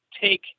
take